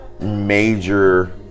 major